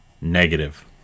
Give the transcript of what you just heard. Negative